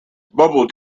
bubble